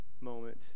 moment